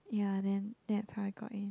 ya then that's how I got in